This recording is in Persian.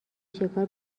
شکار